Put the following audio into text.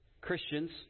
Christians